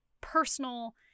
personal